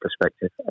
perspective